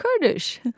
Kurdish